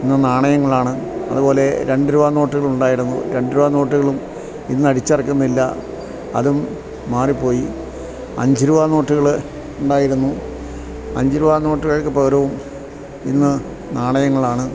ഇന്നു നാണയങ്ങളാണ് അതുപോലെ രണ്ടു രൂപ നോട്ടുകളുണ്ടായിരുന്നു രണ്ടു രൂപ നോട്ടുകളും ഇന്നടിച്ചിറക്കുന്നില്ല അതും മാറിപ്പോയി അഞ്ചു രൂപ നോട്ടുകള് ഉണ്ടായിരുന്നു അഞ്ചു രൂപ നോട്ടുകൾക്കു പകരവും ഇന്നു നാണയങ്ങളാണ്